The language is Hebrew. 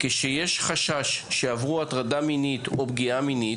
כשיש חשש שעברו הטרדה מינית או פגיעה מינית,